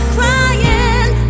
Crying